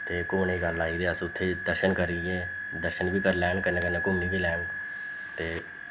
ते अग्गें हून एह् गल्ल आई जे उत्थें दर्शन करियै दर्शन बी करने लैन कन्नै कन्नै घूमी बी लैन ते